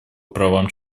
правам